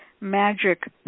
magic